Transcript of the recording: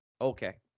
Okay